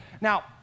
Now